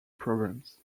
problems